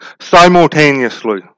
simultaneously